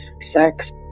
sex